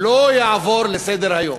לא יעבור לסדר-היום.